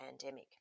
pandemic